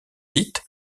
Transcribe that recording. dite